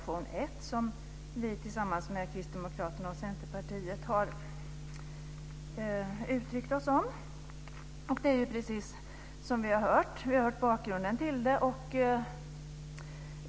Tillsammans med Kristdemokraterna och Centerpartiet står vi bakom reservation 1. Vi har hört bakgrunden till det.